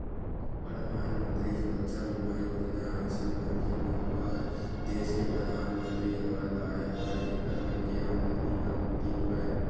परधानमंतरी सुरक्छा बीमा योजना अइसन मनखे मन बर देस के परधानमंतरी ह लाय हवय जेखर मन के आमदानी ह कमती हवय